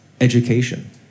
education